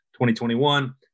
2021